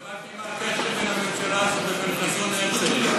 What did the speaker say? לא הבנתי מה הקשר בין הממשלה הזאת לבין חזון הרצל.